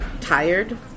tired